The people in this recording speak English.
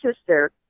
sister